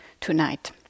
tonight